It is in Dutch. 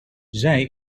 zij